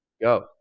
go